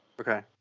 okay